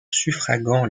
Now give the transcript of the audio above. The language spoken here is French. suffragants